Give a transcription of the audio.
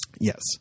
Yes